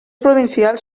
provincials